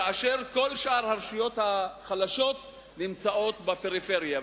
כאשר כל שאר הרשויות החלשות נמצאות בפריפריה,